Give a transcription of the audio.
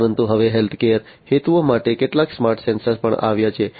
પરંતુ હવે હેલ્થકેર હેતુઓ માટે કેટલાક સ્માર્ટ સેન્સર પણ આવ્યા છે